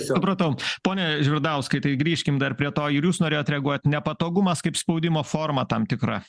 supratau pone žvirdauskai tai grįžkim dar prie to ir jūs norėjot reaguot nepatogumas kaip spaudimo forma tam tikra